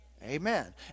Amen